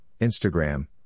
Instagram